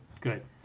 good